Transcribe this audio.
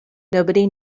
nobody